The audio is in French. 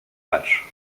matchs